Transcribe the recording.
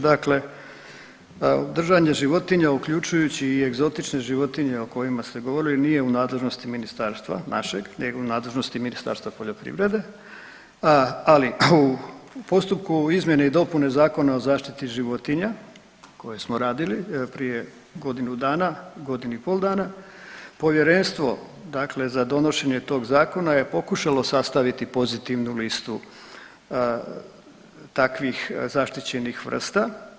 Dakle, držanje životinja uključujući i egzotične životinje o kojima ste govorili nije u nadležnosti ministarstva našeg nego u nadležnosti Ministarstva poljoprivrede, ali u postupku izmjene i dopune Zakona o zaštiti životinja koje smo radili prije godinu dana, godinu i pol dana, povjerenstvo dakle za donošenje tog zakona je pokušalo sastaviti pozitivnu listu takvih zaštićenih vrsta.